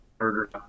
murder